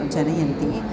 जनयन्ति